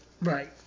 Right